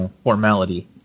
formality